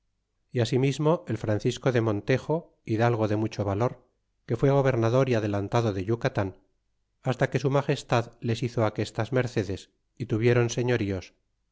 e asimismo el francisco de montejo hidalgo de mucho valor que fué gobernador y adelantado de yucatan hasta que su magestad les hizo aquestas mercedes y tuviéron señoríos